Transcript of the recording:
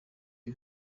ibi